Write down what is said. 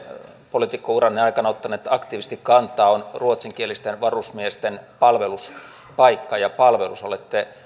poliitikkouranne aikana ottanut aktiivisesti kantaa on ruotsinkielisten varusmiesten palveluspaikka ja palvelus olette